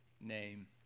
name